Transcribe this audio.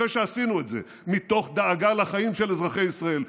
אחרי שעשינו את זה מתוך דאגה לחיים של אזרחי ישראל,